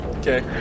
okay